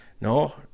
no